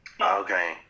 Okay